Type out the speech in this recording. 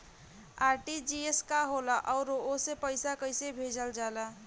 RTGS का होला आउरओ से पईसा कइसे भेजल जला?